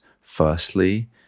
firstly